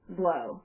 blow